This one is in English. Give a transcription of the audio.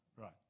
right